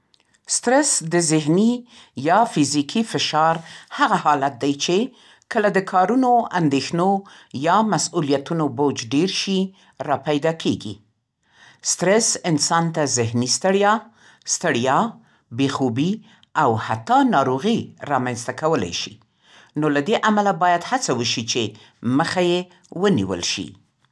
سترس د ذهني یا فزیکي فشار هغه حالت دی چې کله د کارونو، اندېښنو یا مسؤلیتونو بوج ډېر شي، راپیدا کېږي. سترس انسان ته ذهني ستړیا، ستړیا، بې‌خوبي او حتی ناروغي رامنځته کولی شي. نو له دې امله باید هڅه وشي چې مخه یې ونیول شي.